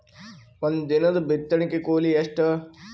ಒಂದಿನದ ಬಿತ್ತಣಕಿ ಕೂಲಿ ಎಷ್ಟ?